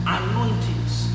anointings